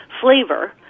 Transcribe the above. flavor